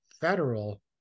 federal